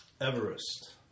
Everest